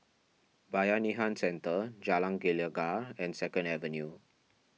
Bayanihan Centre Jalan Gelegar and Second Avenue